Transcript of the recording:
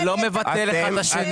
זה לא מבטל אחד את השני.